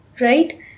Right